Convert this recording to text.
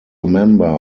member